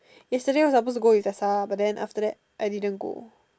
yesterday I was supposed to go with Jasa but then after that I didn't go